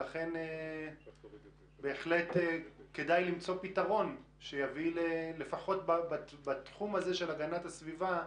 ולכן בהחלט כדאי למצוא פתרון שיביא לפחות בתחום הזה של הגנת הסביבה,